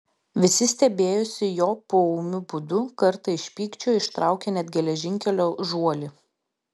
visi stebėjosi jo poūmiu būdu kartą iš pykčio ištraukė net geležinkelio žuolį